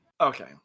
Okay